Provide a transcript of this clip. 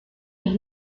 los